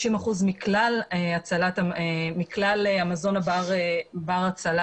50 אחוזים מכלל המזון בר ההצלה,